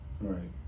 Right